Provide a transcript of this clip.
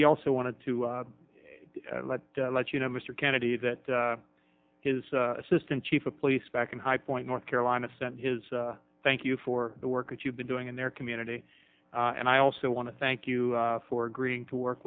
he also wanted to let you know mr kennedy that his assistant chief of police back in high point north carolina sent his thank you for the work that you've been doing in their community and i also want to thank you for agreeing to work